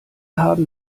haben